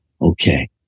Okay